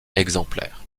exemplaires